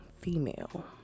female